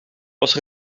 was